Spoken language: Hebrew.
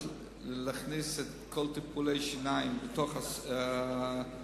להכניס את כל טיפולי השיניים בתוך הסל,